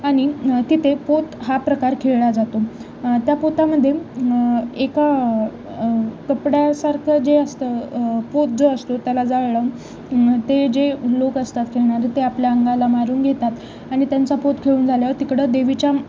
आणि तिथे पोत हा प्रकार खेळला जातो त्या पोतामध्ये एका कपड्यासारखं जे असतं पोत जो असतो त्याला जाळलं ते जे लोक असतात खेळणार ते आपल्या अंगाला मारून घेतात आणि त्यांच पोत खेळून जाल्यावर तिकडं देवीच्या